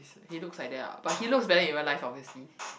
he is he looks like that lah but he looks very in real life obviously